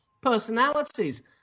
personalities